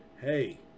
hey